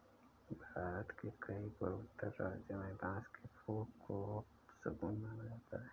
भारत के कई पूर्वोत्तर राज्यों में बांस के फूल को अपशगुन माना जाता है